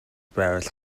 байвал